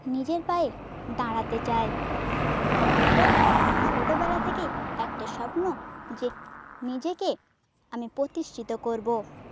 নিজের পায়ে দাঁড়াতে চাই আমার এটা ছোটোবেলা থেকেই একটা স্বপ্ন যে নিজেকে আমি প্রতিষ্ঠিত করবো